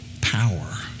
power